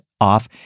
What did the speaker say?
off